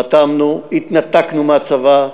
חתמנו, התנתקנו מהצבא.